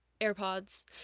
AirPods